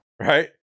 right